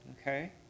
Okay